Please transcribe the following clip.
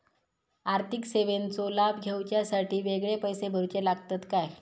आर्थिक सेवेंचो लाभ घेवच्यासाठी वेगळे पैसे भरुचे लागतत काय?